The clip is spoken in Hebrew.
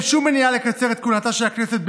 אין שום מניעה לקצר את כהונתה של הכנסת,